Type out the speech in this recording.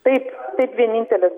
taip taip vienintelis